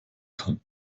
kann